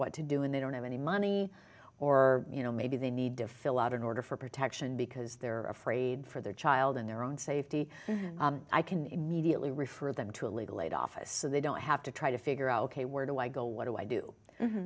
what to do and they don't have any money or you know maybe they need to fill out an order for protection because they're afraid for their child and their own safety i can immediately refer them to a legal aid office so they don't have to try to figure out ok where do i go what do i do